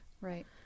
Right